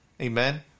Amen